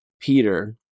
Peter